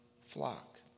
flock